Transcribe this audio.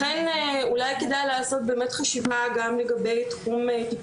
לכן אולי כדאי לעשות באמת חשיבה גם לגבי תחום טיפולי אחר.